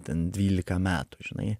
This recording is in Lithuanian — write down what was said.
ten dvylika metų žinai